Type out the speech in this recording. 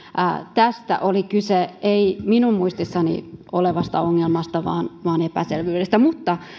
tästä oli kyse ei minun muistissani olevasta ongelmasta vaan vaan epäselvyydestä mutta